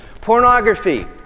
Pornography